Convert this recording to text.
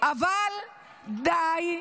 אבל די,